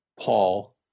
Paul